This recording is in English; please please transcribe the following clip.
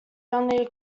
only